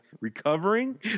recovering